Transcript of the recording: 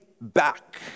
back